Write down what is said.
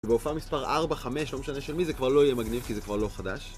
בהופעה מספר 4-5, לא משנה של מי, זה כבר לא יהיה מגניב כי זה כבר לא חדש.